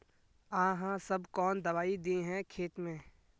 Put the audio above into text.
आहाँ सब कौन दबाइ दे है खेत में?